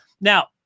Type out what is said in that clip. Now